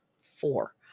four